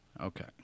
Okay